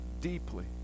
deeply